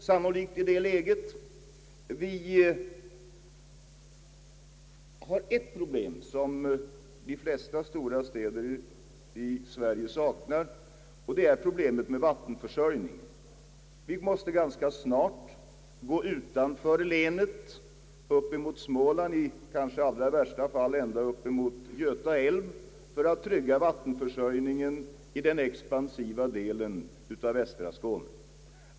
Vi har vidare ett problem som de flesta stora städer i Sverige saknar, och det är problemet med vattenförsörj ningen. Vi måste ganska snart gå utanför länet upp i Småland och kanske i allra värsta fall upp till Göta älv för att trygga vattenförsörjningen i den expansiva delen av västra Skåne.